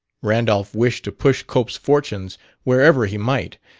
randolph wished to push cope's fortunes wherever he might,